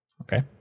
Okay